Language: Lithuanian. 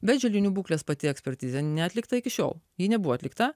bet želdinių būklės pati ekspertizė neatlikta iki šiol ji nebuvo atlikta